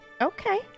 Okay